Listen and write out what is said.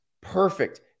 Perfect